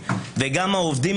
אדוני יושב-ראש הוועדה,